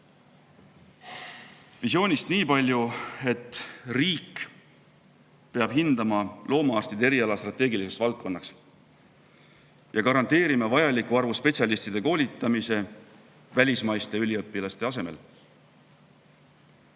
Visioonist nii palju, et riik peab hindama loomaarstide eriala strateegiliseks valdkonnaks ja garanteerima vajaliku arvu spetsialistide koolitamise välismaiste üliõpilaste asemel.